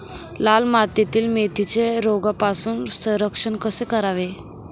लाल मातीतील मेथीचे रोगापासून संरक्षण कसे करावे?